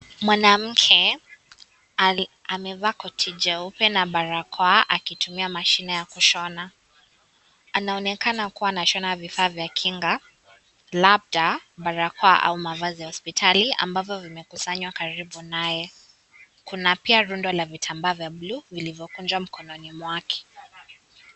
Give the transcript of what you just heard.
Mwanamke amevaa koti jeupe na barakoa akitumia machine ya kushona, anaonekana kuwa anashona vifaa vya kinga labda barakoa au mavazi ya hospitali ambavyo vimekusanywa karibu naye, kuna pia rundo vya vitambaa vya blue vilivyokujwa mikononi mwake.